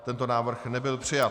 Tento návrh nebyl přijat.